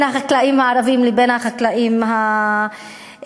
בין החקלאים הערבים לבין החקלאים היהודים.